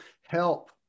help